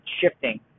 shifting